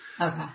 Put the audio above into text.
Okay